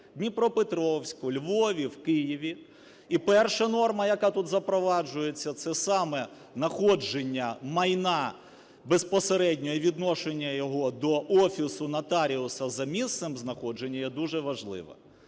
Дніпропетровську, Львові, в Києві. І перша норма, яка тут запроваджується це саме находження майна безпосереднє відношення його до офісу нотаріуса за місцем знаходження, є дуже важливим.